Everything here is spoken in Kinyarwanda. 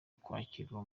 kwakirwa